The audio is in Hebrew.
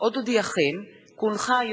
הצעת חוק העונשין (תיקון,